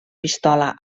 pistola